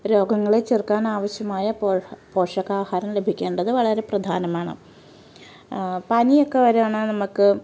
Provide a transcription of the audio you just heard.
രോഗങ്ങളെ ചെറുക്കാൻ ആവശ്യമായ പോഷകം പോഷകാഹാരങ്ങൾ ലഭിക്കേണ്ടത് വളരെ പ്രധാനമാണ് പനിയൊക്കെ വരാനാ നമുക്ക്